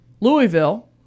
Louisville